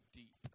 deep